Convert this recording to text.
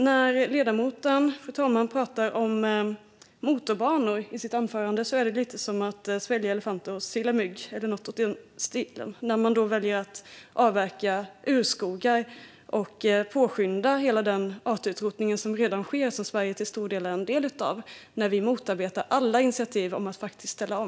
När ledamoten, fru talman, pratar om motorbanor i sitt anförande är det lite som att sila mygg och svälja kameler. Man väljer att avverka urskogar och påskynda hela den artutrotning som redan sker och som Sverige till stor del är en del av när man motarbetar alla initiativ att ställa om.